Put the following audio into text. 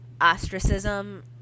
ostracism